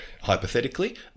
hypothetically